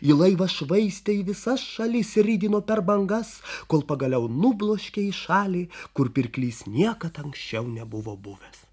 ji laivą švaistė į visas šalis ir rydino per bangas kol pagaliau nubloškė į šalį kur pirklys niekad anksčiau nebuvo buvęs